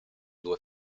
due